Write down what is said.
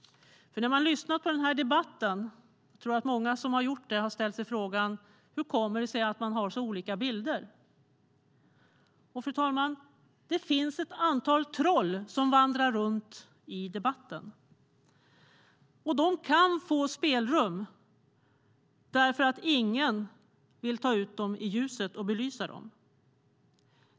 Bland dem som lyssnar på den här debatten tror jag att många har ställt sig frågan: Hur kommer det sig att man har så olika bilder? Det finns ett antal troll som vandrar runt i debatten. De kan få spelrum därför att ingen vill ta ut dem i ljuset och belysa dem.